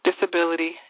disability